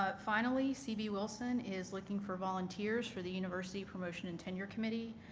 ah finally c. b. wilson is looking for volunteers for the university promotion and tenure committee.